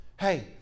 Hey